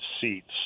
seats